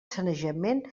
sanejament